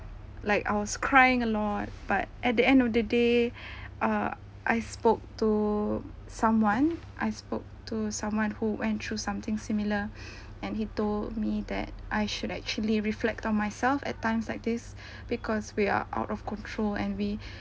like I was crying a lot but at the end of the day uh I spoke to someone I spoke to someone who went through something similar and he told me that I should actually reflect on myself at times like this because we are out of control and we